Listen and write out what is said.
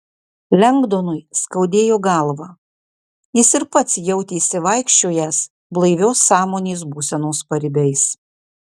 lengdonui skaudėjo galvą jis ir pats jautėsi vaikščiojąs blaivios sąmonės būsenos paribiais